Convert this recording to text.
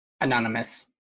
Anonymous